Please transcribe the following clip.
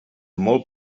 molt